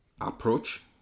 approach